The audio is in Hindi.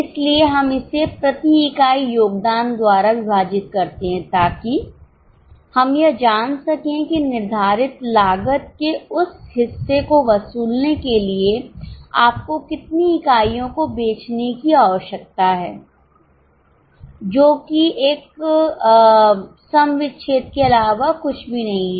इसलिए हम इसे प्रति इकाई योगदान द्वारा विभाजित करते हैं ताकि हम यह जान सकें कि निर्धारित लागत के उस हिस्से को वसूलने के लिए आपको कितनी इकाइयों को बेचने की आवश्यकता है जो कि एक सम हम विच्छेद के अलावा कुछ भी नहीं है